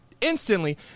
instantly